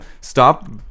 stop